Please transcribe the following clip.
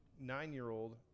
nine-year-old